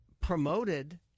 promoted